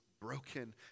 broken